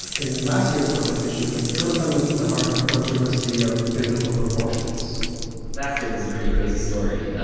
in last year's competition yonatan was at the heart of a controversy of biblical proportions last year was a pretty crazy story,